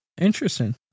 Interesting